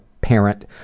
parent –